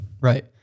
right